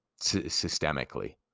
systemically